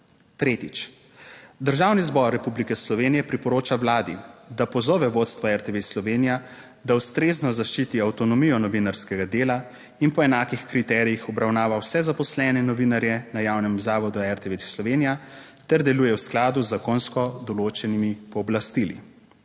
Tretjič: Državni zbor Republike Slovenije priporoča Vladi, da pozove vodstvo RTV Slovenija, da ustrezno zaščiti avtonomijo novinarskega dela in po enakih kriterijih obravnava vse zaposlene novinarje na javnem zavodu RTV Slovenija ter deluje v skladu z zakonsko določenimi pooblastili.